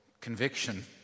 Conviction